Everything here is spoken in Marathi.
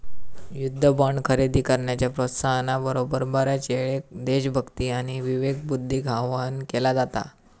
युद्ध बॉण्ड खरेदी करण्याच्या प्रोत्साहना बरोबर, बऱ्याचयेळेक देशभक्ती आणि विवेकबुद्धीक आवाहन केला जाता